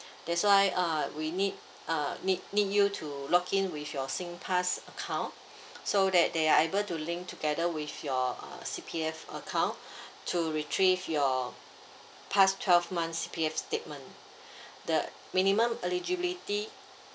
that's why uh we need uh need need you to log in with your singpass account so that they are able to link together with your uh C_P_F account to retrieve your past twelve months C_P_F statement the minimum eligibility